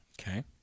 Okay